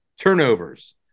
Turnovers